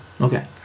Okay